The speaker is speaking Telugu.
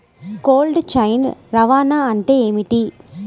కోల్డ్ చైన్ రవాణా అంటే ఏమిటీ?